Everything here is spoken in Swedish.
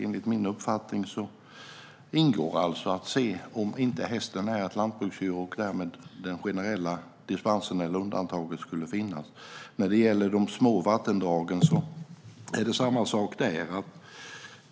Enligt min uppfattning ingår det alltså att se om inte hästen är ett lantbruksdjur och om därmed den generella dispensen, eller undantaget, skulle finnas. När det gäller de små vattendragen är det samma sak.